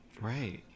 Right